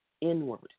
inward